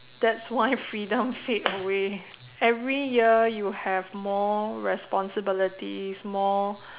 that's why freedom fade away every year you have more responsibilities more